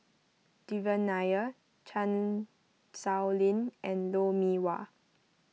Devan Nair Chan Sow Lin and Lou Mee Wah